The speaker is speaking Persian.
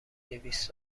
دویست